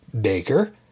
Baker